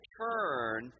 turn